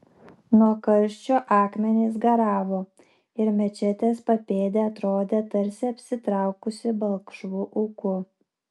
nuo karščio akmenys garavo ir mečetės papėdė atrodė tarsi apsitraukusi balkšvu ūku